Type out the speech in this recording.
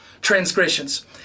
transgressions